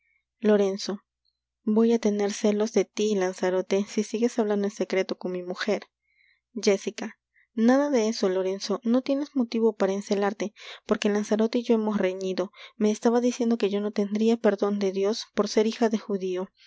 viene lorenzo voy á tener celos de tí lanzarote si sigues hablando en secreto con mi mujer jéssica nada de eso lorenzo no tienes motivo para encelarte porque lanzarote y yo hemos reñido me estaba diciendo que yo no tendria perdon de dios por ser hija de judío